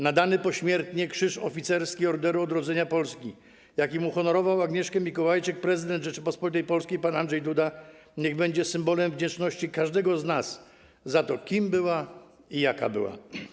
Nadany pośmiertnie Krzyż Oficerski Orderu Odrodzenia Polski, jakim uhonorował Agnieszkę Mikołajczyk prezydent Rzeczypospolitej Polskiej pan Andrzej Duda, niech będzie symbolem wdzięczności każdego z nas za to, kim była i jaka była.